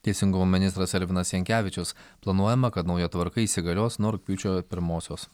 teisingumo ministras elvinas jankevičius planuojama kad nauja tvarka įsigalios nuo rugpjūčio pirmosios